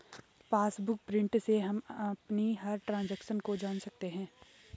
passbook print से हम अपनी हर ट्रांजेक्शन को जान सकते है